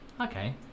Okay